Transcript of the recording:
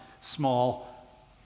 small